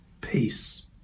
peace